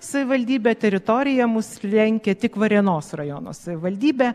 savivaldybė teritorija mus lenkia tik varėnos rajono savivaldybė